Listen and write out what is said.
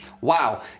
Wow